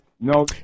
No